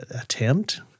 attempt